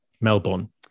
Melbourne